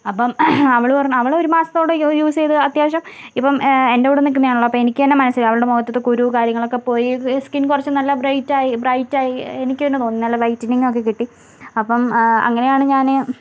അപ്പം അവള് പറഞ്ഞ് അവള് ഒരു മാസത്തോളം യു യൂസ് ചെയ്ത് അത്യാവശ്യം ഇപ്പം എൻ്റെ കൂടെ നിക്കുന്നതാണല്ലോ അപ്പം എനിക്ക് തന്നെ മനസ്സിലാകും അവളുടെ മുഖത്തത്തെ കുരു കാര്യങ്ങളൊക്കെ പോയി സ്കിൻ കുറച്ച് നല്ല ബ്രൈറ്റായി ബ്രൈറ്റായി എനിക്ക് തന്നെ തോന്നുന്നു നല്ല വൈറ്റനിങ്ങൊക്കെ കിട്ടി അപ്പം അങ്ങനെയാണ് ഞാന്